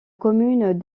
commune